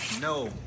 No